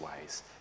ways